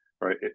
right